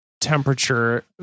Temperature